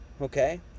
Okay